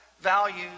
values